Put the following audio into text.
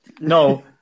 No